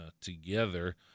together